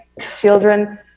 children